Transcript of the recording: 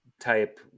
type